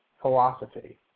philosophy